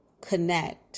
connect